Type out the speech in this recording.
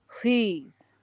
please